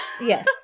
Yes